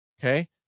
Okay